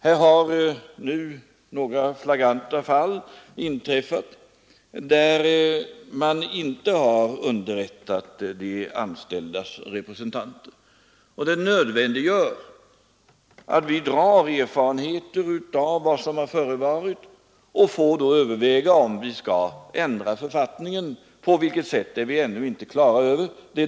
Nu har några flagranta fall inträffat, där man inte har underrättat de anställdas representanter. Det nödvändiggör att vi drar slutsatser av vad som har förevarit och att vi får överväga om vi skall ändra författningen — på vilket sätt är vi ännu inte klara över.